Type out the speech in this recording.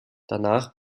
danach